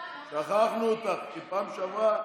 שכחנו אותך, כי פעם שעברה